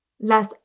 las